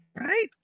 Right